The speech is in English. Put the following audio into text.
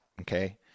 okay